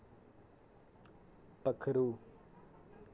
पक्खरू